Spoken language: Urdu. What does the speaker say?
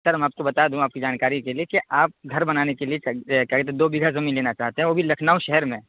سر میں آپ کو بتا دوں آپ کی جانکاری کے لیے کہ آپ گھر بنانے کے لیے چاہیے تو دو بیگھہ زمین لینا چاہتے ہیں وہ بھی لکھنؤ شہر میں